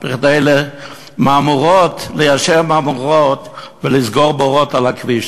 כדי ליישר מהמורות ולסגור בורות על הכביש.